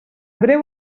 breu